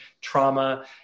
trauma